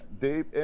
Dave